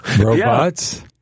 robots